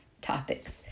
topics